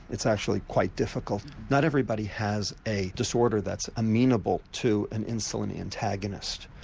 it's actually quite difficult. not everybody has a disorder that's amenable to an insulin antagonist.